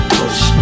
push